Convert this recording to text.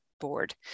board